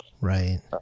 Right